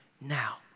now